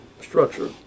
structure